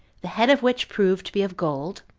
the head of which proved to be of gold,